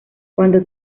cuando